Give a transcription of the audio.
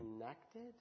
connected